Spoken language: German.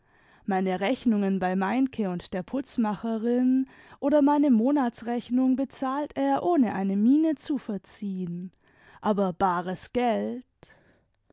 meine rechnungen bei meinke und der putzmacherin oder meine monatsrechnung bezahlt er ohne eine miene zu verziehen aber bares geld